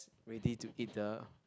ready to eat the